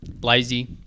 Lazy